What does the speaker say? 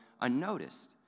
unnoticed